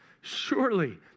Surely